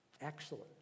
excellent